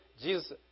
Jesus